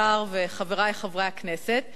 השר וחברי חברי הכנסת,